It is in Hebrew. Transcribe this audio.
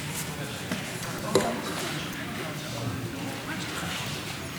תודה, אדוני היושב-ראש.